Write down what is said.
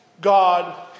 God